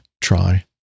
try